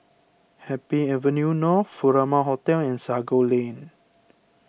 Happy Avenue North Furama Hotel and Sago Lane